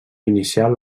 inicial